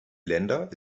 länder